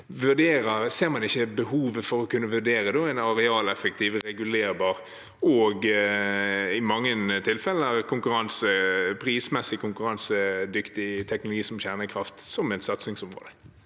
Ser man ikke behovet for å kunne vurdere en arealeffektiv, regulerbar og i mange tilfeller prismessig konkurransedyktig teknologi som kjernekraft, som et satsingsområde?